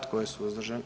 Tko je suzdržan?